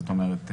זאת אומרת,